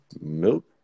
milk